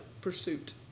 pursuit